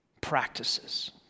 practices